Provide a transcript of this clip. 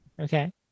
Okay